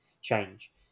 Change